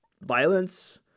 violence